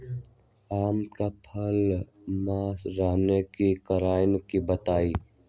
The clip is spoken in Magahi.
आम क फल म सरने कि कारण हई बताई?